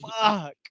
Fuck